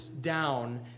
down